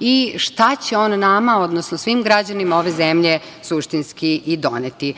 i šta će on nama, odnosno svim građanima ove zemlje suštinski i doneti.